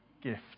gift